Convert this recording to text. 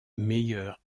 meilleur